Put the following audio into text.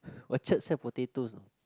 orchard sell potato